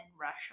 Russia